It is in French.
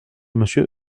monsieur